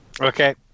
okay